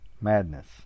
madness